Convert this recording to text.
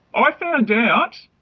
i found out,